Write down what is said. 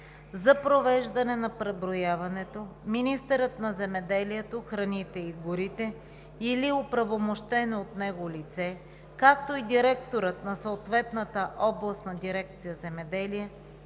За провеждане на преброяването министърът на земеделието, храните и горите или оправомощено от него лице, както и директорът на съответната областна дирекция „Земеделие“,